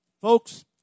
Folks